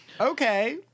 Okay